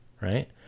right